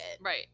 Right